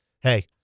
hey